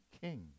King